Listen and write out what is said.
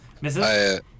Misses